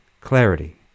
clarity